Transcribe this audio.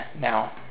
now